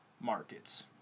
markets